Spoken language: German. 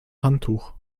handtuch